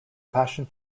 passion